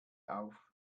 auf